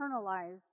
internalized